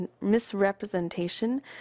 misrepresentation